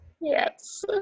Yes